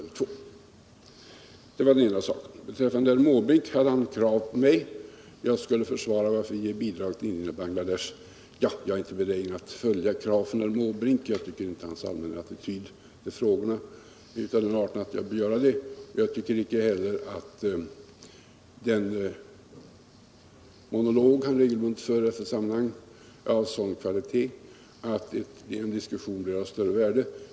Herr Måbrink hade krav på att jag skulle försvara varför vi ger bidrag till Indien och Bangladesh. Jag är inte benägen att följa krav från herr Måbrink, jag tycker inte hans allmänna attityd till frågorna är av den arten att jag vill göra det. Jag tycker icke heller att den monolog han regelbundet för i dessa sammanhang är av sådan kvalitet att en diskussion skulle bli av större värde.